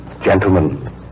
Gentlemen